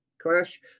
crash